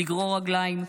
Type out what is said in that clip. לגרור רגליים,